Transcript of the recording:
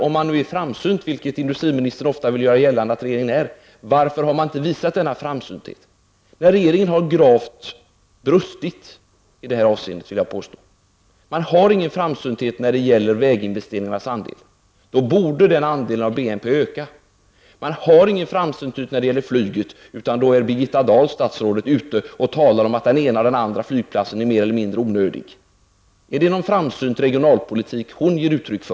Om man nu är framsynt, vilket industriministern ofta vill göra gällande att regeringen är, varför har man inte visat denna framsynthet? Regeringen har gravt brustit i detta avseende, vill jag påstå. Man har ingen framsynthet när det gäller väginvesteringarnas andel. Den andelen av BNP bör öka. Man har ingen framsynthet när det gäller flyget. Statsrådet Birgitta Dahl är ute och talar om att den ena eller andra flygplatsen är mer eller mindre onödig. Ger hon uttryck för någon framsynt regionalpolitik?